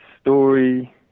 story